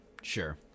Sure